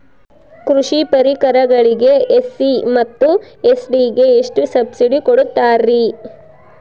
ಕೃಷಿ ಪರಿಕರಗಳಿಗೆ ಎಸ್.ಸಿ ಮತ್ತು ಎಸ್.ಟಿ ಗೆ ಎಷ್ಟು ಸಬ್ಸಿಡಿ ಕೊಡುತ್ತಾರ್ರಿ?